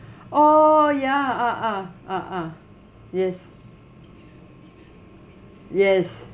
oh ya ah ah ah ah yes yes